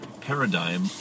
paradigm